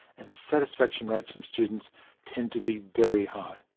and satisfaction rates from students tend to be very high.